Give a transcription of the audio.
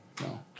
No